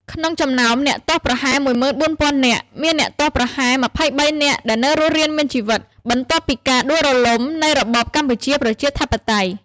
ក្នុងចំណោមអ្នកទោសប្រហែល ១៤០០០ នាក) មានអ្នកទោសប្រហែល២៣នាក់ ដែលនៅរស់រានមានជីវិត បន្ទាប់ពីការដួលរលំនៃរបបកម្ពុជាប្រជាធិបតេយ្យ ។